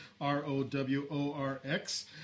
R-O-W-O-R-X